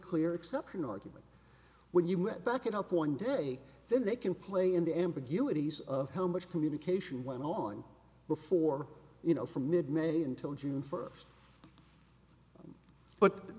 clear exception argument when you met back it up one day then they can play in the ambiguities of how much communication went on before you know from mid may until june first but